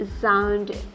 sound